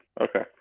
okay